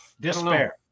despair